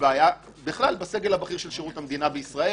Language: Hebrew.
ואם אתם לא רוצים את זה - אז התוצאה היא הגרועה ביותר.